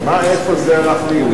איפה זה הלך לאיבוד?